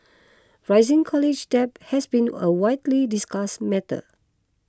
rising college debt has been a widely discussed matter